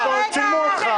ביבי.